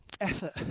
effort